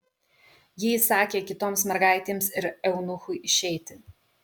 ji įsakė kitoms mergaitėms ir eunuchui išeiti